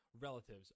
relatives